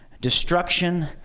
destruction